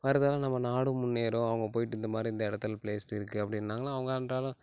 வர்றதால் நம்ம நாடும் முன்னேறும் அவங்க போய்ட்டு இந்த மாதிரி இந்த இடத்துல ப்ளேஸ் இருக்குது அப்படின்னாங்கன்னா அவங்க அன்றாடம்